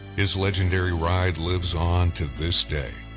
his legendary ride lives on to this day.